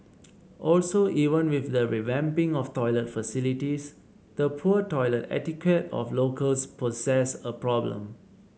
also even with the revamping of toilet facilities the poor toilet etiquette of locals poses a problem